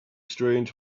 strange